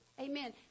Amen